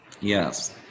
Yes